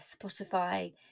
Spotify